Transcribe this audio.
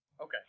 Okay